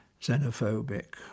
xenophobic